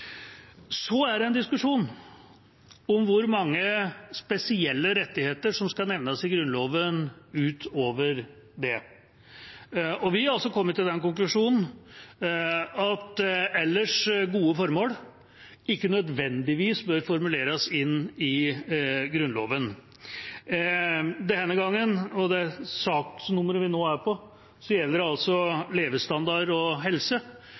Så er det en diskusjon om hvor mange spesielle rettigheter som skal nevnes i Grunnloven – utover det. Vi har kommet til den konklusjonen at ellers gode formål ikke nødvendigvis bør formuleres inn i Grunnloven. Denne gangen – og for det saksnummeret vi nå er på – gjelder det levestandard og helse.